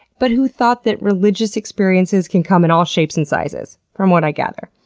but who thought that religious experiences can come in all shapes and sizes, from what i gather.